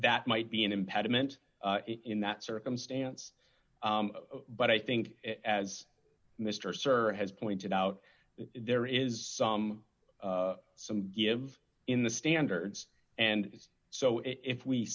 that might be an impediment in that circumstance but i think as mr sir has pointed out there is some some give in the standards and so if we